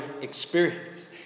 experience